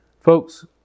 Folks